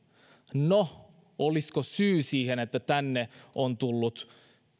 no olisiko syy siihen että tänne on tullut